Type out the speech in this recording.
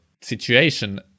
situation